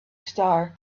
star